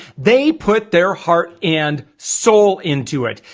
they put their heart and soul into it,